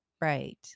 Right